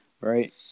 Right